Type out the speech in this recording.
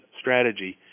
strategy